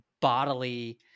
bodily